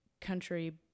country